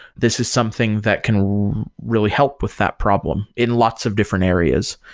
this is something that can really help with that problem in lots of different areas.